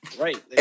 Right